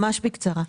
ממש בקצרה.